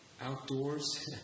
outdoors